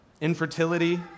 infertility